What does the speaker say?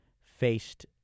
faced